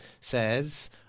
says